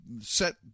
set